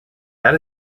that